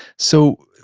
so,